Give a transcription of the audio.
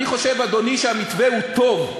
אני חושב, אדוני, שהמתווה הוא טוב,